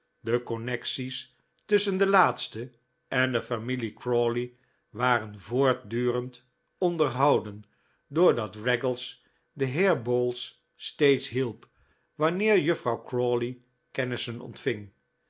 de connecties tusschen den laatste en de familie crawley waren voortdurend onderhouden doordat raggles den heer bowls steeds hielp wanneer juffrouw crawley kennissen ontving